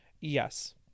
yes